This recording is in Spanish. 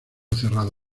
cerrado